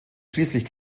schließlich